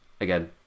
again